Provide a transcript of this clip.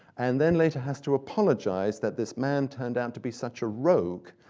and then later has to apologize that this man turned out to be such a rogue.